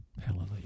Hallelujah